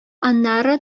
аннары